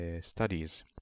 studies